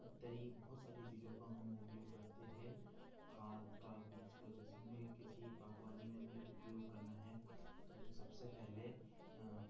इत्यादि बहुत सारी चीज़ों का हम उपयोग करते हे खाद का बीज का जैसे हमें किसी बागवानी में हमें उपयोग करना है तो हम सबसे पहले